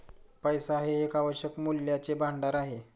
पैसा हे एक आवश्यक मूल्याचे भांडार आहे